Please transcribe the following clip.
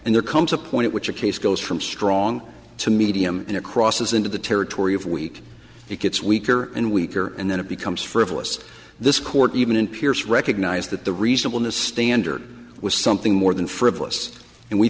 and there comes a point at which a case goes from strong to medium and across as into the territory of weak it gets weaker and weaker and then it becomes frivolous this court even in peers recognized that the reasonable man standard was something more than frivolous and we